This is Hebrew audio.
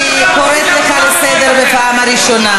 אני קוראת אותך לסדר בפעם הראשונה.